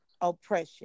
oppression